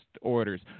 orders